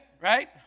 right